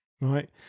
right